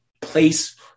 place